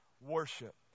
worship